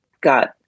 got